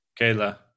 Kayla